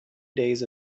days